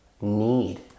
need